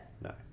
No